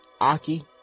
Aki